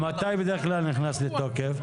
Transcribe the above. מתי בדרך-כלל נכנס לתוקף?